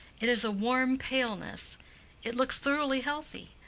it is a warm paleness it looks thoroughly healthy.